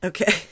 Okay